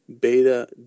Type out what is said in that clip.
beta